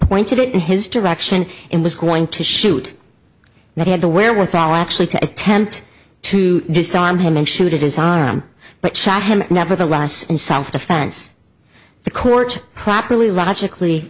pointed it in his direction it was going to shoot that had the wherewithal actually to attempt to disarm him and shoot at his arm but shot him nevertheless in self defense the court properly logically